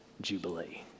JUBILEE